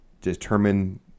determine